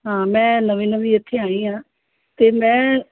ਹਾਂ ਮੈਂ ਨਵੀਂ ਨਵੀਂ ਇੱਥੇ ਆਈ ਹਾਂ ਅਤੇ ਮੈਂ